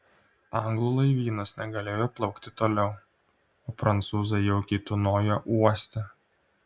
anglų laivynas negalėjo plaukti toliau o prancūzai jaukiai tūnojo uoste